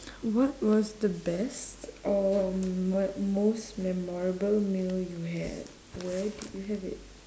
what was the best or m~ most memorable meal you had where did you have it